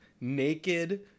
naked